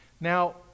Now